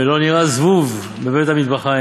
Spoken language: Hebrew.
ולא נראה זבוב בבית-המטבחיים,